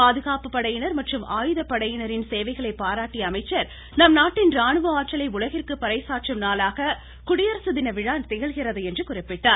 பாதுகாப்பு படையினர் மற்றும் ஆயுத படையினரின் சேவைகளை பாராட்டிய அமைச்சர் நம் நாட்டின் ராணுவ ஆற்றலை உலகிற்கு பறைசாற்றும் நாளாக குடியரசு தின விழா திகழ்கிறது என்று குறிப்பிட்டார்